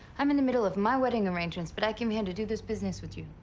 i'm in the middle of my wedding arrangements, but i came here to do this business with you.